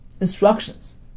instructions